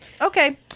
okay